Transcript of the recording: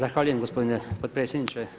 Zahvaljujem gospodine potpredsjedniče.